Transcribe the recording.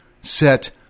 set